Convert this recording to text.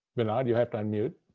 vinod, you have to unmute.